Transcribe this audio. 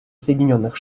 соединенных